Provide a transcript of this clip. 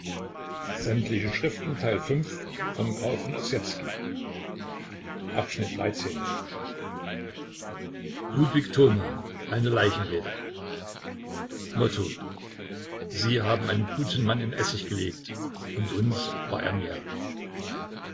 ludwig thoma eine leichenrede motto sie haben einen guten mann in essig gelegt und uns war er mehr